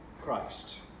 Christ